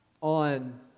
on